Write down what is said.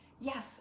yes